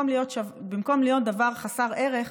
במקום להיות דבר חסר ערך,